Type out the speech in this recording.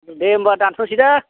दे होमबा दान्थ'सै दे